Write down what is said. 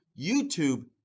youtube